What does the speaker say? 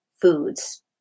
foods